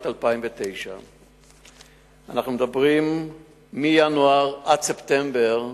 2009. אנחנו מדברים מינואר עד ספטמבר.